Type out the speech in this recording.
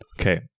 Okay